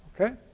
Okay